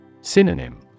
Synonym